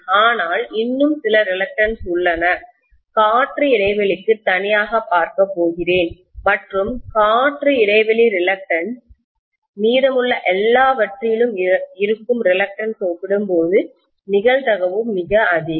ஆனால் இன்னும் சில ரிலக்டன்ஸ் உள்ளன காற்று இடைவெளிக்கு தனியாக பார்க்கப்போகிறேன் மற்றும் காற்று இடைவெளி ரிலக்டன்ஸ் மீதமுள்ள எல்லாவற்றிலும் இருக்கும் ரிலக்டன்ஸ் ஒப்பிடும்போது நிகழ்தகவு மிக அதிகம்